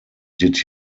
did